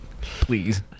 Please